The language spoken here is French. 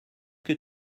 que